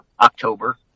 October